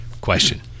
question